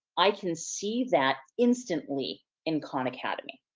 i can see that instantly in khan academy.